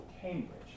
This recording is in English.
Cambridge